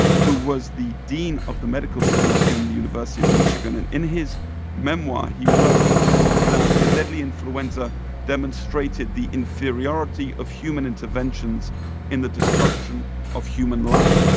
who was the dean of the medical school in the university of michigan. and in his memoir, he wrote that the deadly influenza demonstrated the inferiority of human interventions in the destruction of human life.